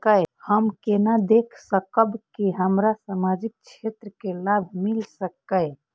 हम केना देख सकब के हमरा सामाजिक क्षेत्र के लाभ मिल सकैये?